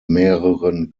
mehreren